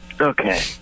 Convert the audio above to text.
Okay